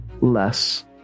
less